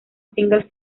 single